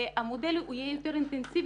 המודל הוא יהיה יותר אינטנסיבי,